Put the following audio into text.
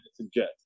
suggest